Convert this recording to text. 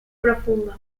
profundo